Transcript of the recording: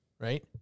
right